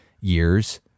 years